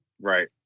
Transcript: right